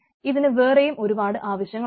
ഇതിനു വേറെയും ഒരുപാട് ആവശ്യങ്ങളുണ്ട്